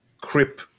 crip